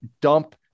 dump